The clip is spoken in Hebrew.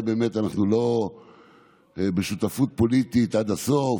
באמת אנחנו לא בשותפות פוליטית עד הסוף,